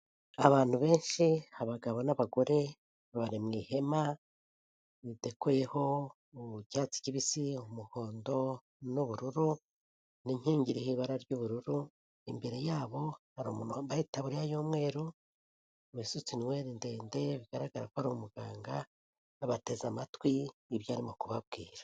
Abantu benshi, abagabo n'abagore, bari mu ihema ridekoyeho icyatsi kibisi, umuhondo n'ubururu n'inkingi ririho ibara ry'ubururu, imbere yabo hari umuntu wambaye itaburiya y'umweru, wisutse nweri ndende, bigaragara ko ari umuganga, bateze amatwi, ibyo arimo kubabwira.